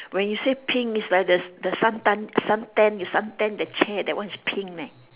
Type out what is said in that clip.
when you say pink is like the the suntan suntan you sun tan that chair that one is pink eh